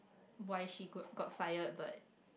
why she good got fire but